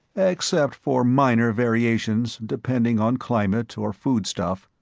except for minor variations depending on climate or foodstuff,